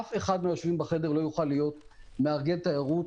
אף אחד מהיושבים בחדר לא יוכל להיות מארגן תיירות